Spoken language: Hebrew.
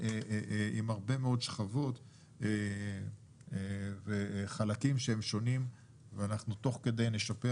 עם הרבה מאוד שכבות וחלקים שהם שונים ואנחנו תוך כדי נשפר,